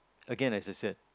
again as I said